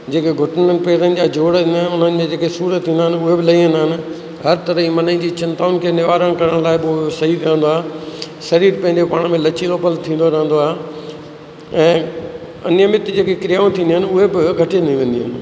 जेके घुटननि पैरनि जा जोड़ हिन उमिरि में जेके सूरु थींदा आहिनि उहे बि लही वेंदा आहिनि हर तरह जी मन जी चिंताउनि खे निवारण करण लाइ पोइ सही कंदो आहे शरीर पंहिंजे पाण में लचीलोपन थींदो रहंदो आहे ऐं अनियमित जेके क्रियाऊं थीदियूं आहिनि उहे बि घटिजंदी वेंदियूं आहिनि